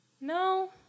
No